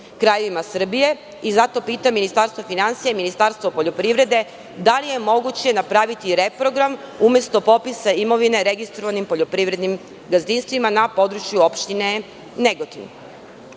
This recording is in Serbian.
krajevima Srbije i zato pitam Ministarstvo finansija i Ministarstvo poljoprivrede – da li je moguće napraviti reprogram umesto popisa imovine registrovanim poljoprivrednim gazdinstvima na području opštine Negotin? Treće